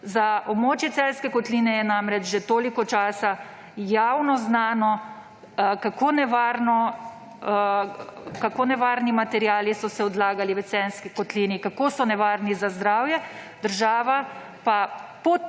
Za območje Celjske kotline je namreč že toliko časa javno znano, kako nevarni materiali so se odlagali v Celjski kotlini, kako so nevarni za zdravje. Država pa